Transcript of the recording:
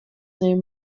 name